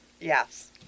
Yes